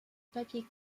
papier